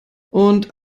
und